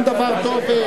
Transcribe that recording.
גם דבר טוב,